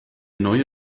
neue